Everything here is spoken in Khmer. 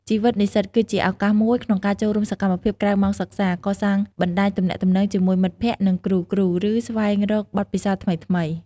ជីវិតនិស្សិតគឺជាឱកាសមួយក្នុងការចូលរួមសកម្មភាពក្រៅម៉ោងសិក្សា កសាងបណ្តាញទំនាក់ទំនងជាមួយមិត្តភក្តិ និងគ្រូៗ ឬស្វែងរកបទពិសោធន៍ថ្មីៗ។